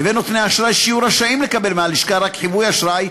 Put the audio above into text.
לבין נותני אשראי שיהיו רשאים לקבל מהלשכה רק חיווי אשראי.